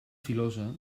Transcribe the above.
filosa